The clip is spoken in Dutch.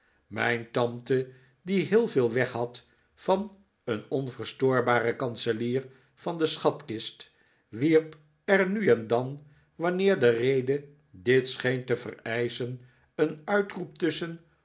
mijn tante die heel veel weg had van een onverstoorbaren kanselier van de schatkist wierp er nu en dan wanneer de rede dit scheen te vereischen een uitroep tusschen